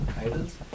Idols